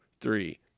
three